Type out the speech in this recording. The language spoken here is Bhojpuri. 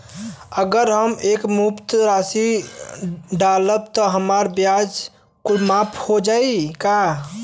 अगर हम एक मुस्त राशी डालब त हमार ब्याज कुछ माफ हो जायी का?